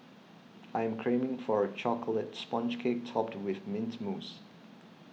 I am craving for a Chocolate Sponge Cake Topped with Mint Mousse